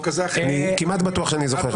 אני כמעט בטוח שאני זוכר את זה.